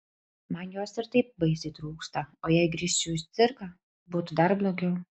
man jos ir taip baisiai trūksta o jei grįžčiau į cirką būtų dar blogiau